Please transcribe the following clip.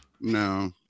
No